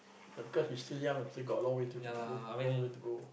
but because you still young still got a long way to eh long way to go